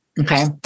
Okay